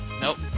Nope